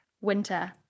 winter